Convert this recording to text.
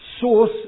source